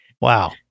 Wow